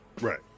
right